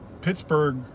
Pittsburgh